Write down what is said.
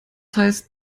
heißt